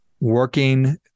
Working